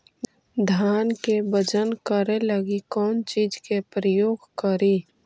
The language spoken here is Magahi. धान के बजन करे लगी कौन चिज के प्रयोग करि?